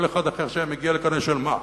כל אחד אחר שהיה מגיע לכאן היה שואל: מה,